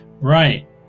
Right